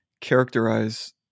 characterize